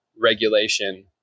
regulation